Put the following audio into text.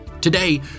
Today